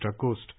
coast